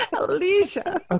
Alicia